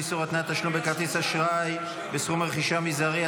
איסור התניית תשלום בכרטיס אשראי בסכום רכישה מזערי),